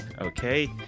Okay